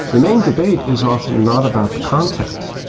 the main debate is often not about the content,